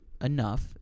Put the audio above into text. enough